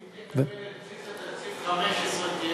אם תקבל את בסיס התקציב ל-15' תהיה